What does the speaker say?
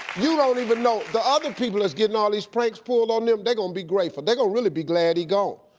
you don't even know, the other people that's getting all these pranks pulled on them, they're gonna be grateful. they're gonna really be glad he gone.